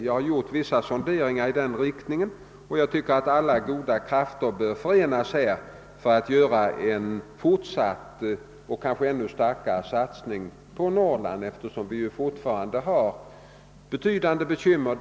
Jag har gjort vissa sonderingar i den riktningen, och jag tycker alla goda krafter bör förenas för att åstadkomma en fortsatt och kanske ännu kraftigare satsning på Norrland, där vi fortfarande har betydande bekymmer.